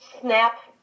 snap